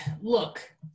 look